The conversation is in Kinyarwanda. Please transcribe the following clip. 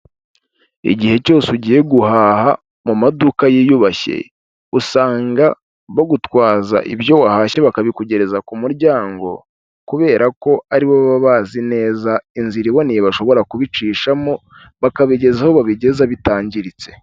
Igihe cyose ugiye guhaha mu maduka yiyubashye, usanga bagutwaza ibyo wahashye bakabikugezareza ku muryango kubera ko aribo baba bazi neza inzira iboneye bashobora kubicishamo, bakabigeza aho babigeza bitangiritse.